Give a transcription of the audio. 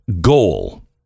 goal